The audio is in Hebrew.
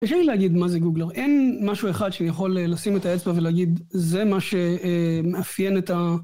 קשה לי להגיד מה זה גוגלר, אין משהו אחד שיכול לשים את האצבע ולהגיד זה מה שמאפיין את ה...